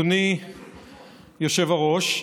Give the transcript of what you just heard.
אדוני היושב-ראש,